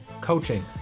coaching